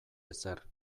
ezer